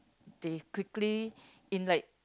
they quickly in like